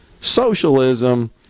Socialism